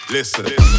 Listen